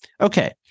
Okay